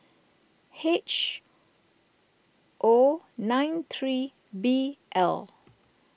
H O nine three B L